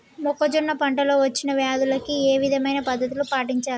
మొక్కజొన్న పంట లో వచ్చిన వ్యాధులకి ఏ విధమైన పద్ధతులు పాటించాలి?